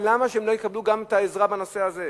למה שהם לא יקבלו גם עזרה בנושא הזה?